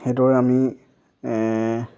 সেইদৰে আমি